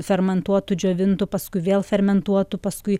fermentuotų džiovintų paskui vėl fermentuotų paskui